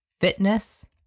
fitness